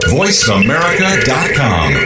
voiceamerica.com